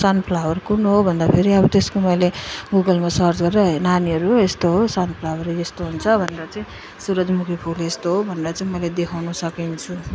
सन flower कुन हो भन्दाफेरि अब त्यसको मैले गुगलमा सर्च गरेर नानीहरू यस्तो हो सन फ्लावर यस्तो हुन्छ भनेर चाहिँ सुरजमुखी फुल यस्तो हो भनेर चाहिँ मैले देखाउनु सकिन्छ